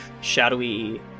shadowy